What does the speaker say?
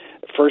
first